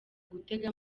gutega